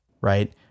right